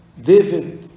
David